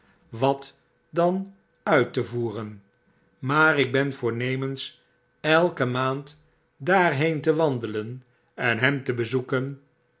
wat dan uit te voeren maar ik ben voornemens elke maand daarheen te wandelen en hem te bezoeken